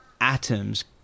atoms